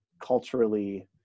culturally